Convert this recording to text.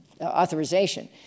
authorization